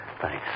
Thanks